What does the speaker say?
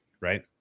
right